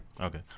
okay